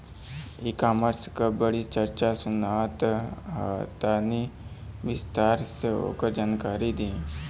ई कॉमर्स क बड़ी चर्चा सुनात ह तनि विस्तार से ओकर जानकारी दी?